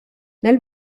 nel